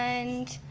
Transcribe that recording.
and